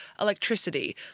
electricity